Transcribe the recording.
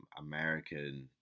American